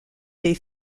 des